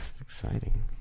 Exciting